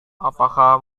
apakah